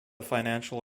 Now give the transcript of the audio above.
financial